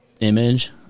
image